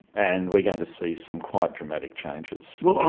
and we're going to see some quite dramatic changes. well,